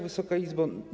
Wysoka Izbo!